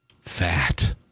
fat